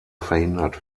verhindert